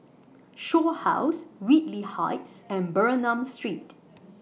Shaw House Whitley Heights and Bernam Street